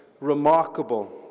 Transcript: Remarkable